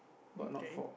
okay